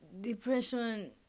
depression